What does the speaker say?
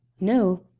no.